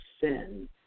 sin